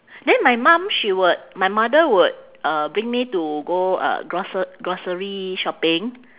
then my mum she would my mother would uh bring me to go uh groce~ grocery shopping